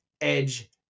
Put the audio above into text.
Edge